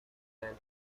ocean